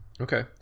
Okay